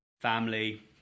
Family